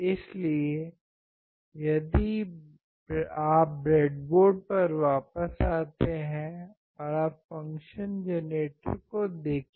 इसलिए यदि आप ब्रेडबोर्ड पर वापस आते हैं और आप फ़ंक्शन जेनरेटर को देखिए